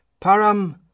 param